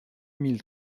mille